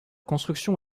construction